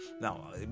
now